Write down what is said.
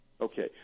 Okay